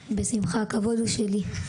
א': בשמחה, הכבוד הוא שלי.